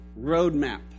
roadmap